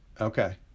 Okay